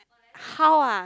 how ah